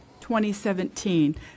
2017